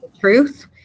truth